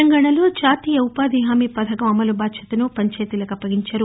తెలంగాణలో జాతీయ ఉపాధిహామీ పథకం అమలు బాధ్యతను పంచాయితీలకు అప్పగించారు